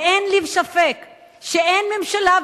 ואין לי ספק שאין ממשלה,